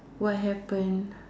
what happen